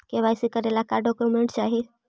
KYC करे ला का का डॉक्यूमेंट चाही?